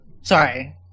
Sorry